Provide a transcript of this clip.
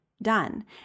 Done